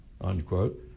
unquote